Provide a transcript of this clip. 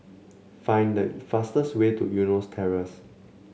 find the fastest way to Eunos Terrace